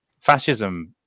fascism